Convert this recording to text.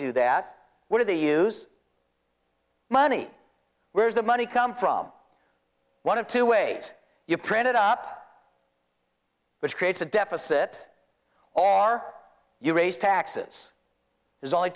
do that what are the use money where is the money come from one of two ways you print it up which creates a deficit or are you raise taxes there's only